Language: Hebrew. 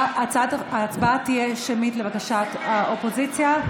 ההצבעה תהיה שמית, לבקשת האופוזיציה.